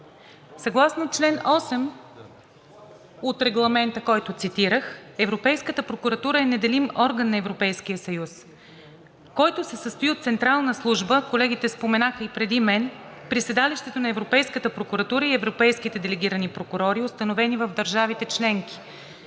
Съгласно чл. 8 от Регламента, който цитирах, Европейската прокуратура е неделим орган на Европейския съюз, който се състои от централна служба, колегите и преди мен споменаха, при седалището на Европейската прокуратура и европейските делегирани прокурори, установени в държавите членки,